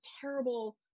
terrible